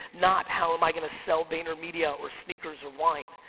not how am i gonna sell vaynermedia or sneakers or wine?